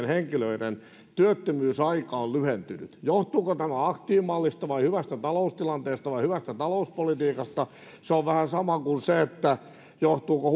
henkilöiden työttömyysaika on lyhentynyt johtuuko tämä aktiivimallista hyvästä taloustilanteesta vai hyvästä talouspolitiikasta se on vähän sama asia kuin se johtuuko